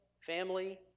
family